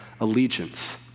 allegiance